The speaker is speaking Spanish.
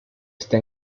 está